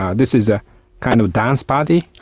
ah this is a kind of dance party.